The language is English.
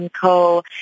Co